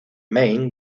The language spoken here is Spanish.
maine